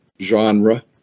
genre